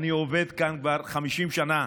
אני עובד כאן כבר 50 שנה,